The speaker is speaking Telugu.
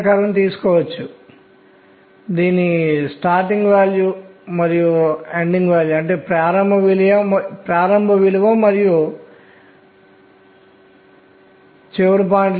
హీలియం ఇక్కడ n మొదటి స్థాయికి వెళ్లి మొదటి సంఖ్య n విలువను చూపుతుంది